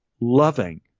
loving